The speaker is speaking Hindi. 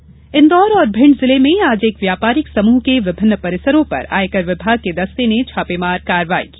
छापा इंदौर और मिंड जिले में आज एक व्यापारिक समूह के विभिन्न परिसरों पर आयकर विमाग के दस्ते ने छापेमार कार्रवाई की